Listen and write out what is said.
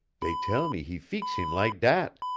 dey tell me he feex heem like dat.